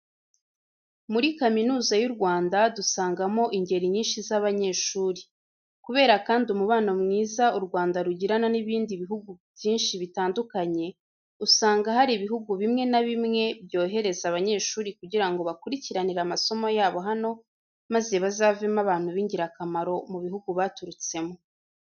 Muri Kaminuza y'u Rwanda dusangamo ingeri nyinshi z'abanyeshuri. Kubera kandi umubano mwiza u Rwanda rugirana n'ibindi bihugu bwinshi bitandukanye, usanga hari ibihugu bimwe na bimwe byohereza abanyeshuri kugira ngo bakurikiranire amasomo yabo hano maze bazavemo abantu b'ingirakamaro mu bihugu baturutsemo.